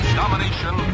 domination